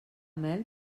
mel